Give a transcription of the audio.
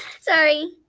sorry